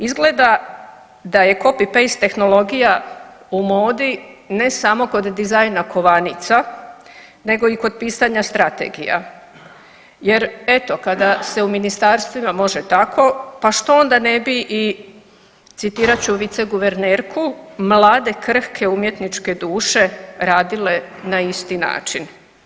Izgleda da je copy paste tehnologija u modi ne samo kod dizajna kovanica nego i kod pisanja strategija jer eto kada se u ministarstvima može tako pa što onda ne mi, citirat ću viceguvernerku, mlade, krhke umjetničke duše radile na isti način.